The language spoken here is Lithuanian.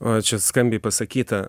o čia skambiai pasakyta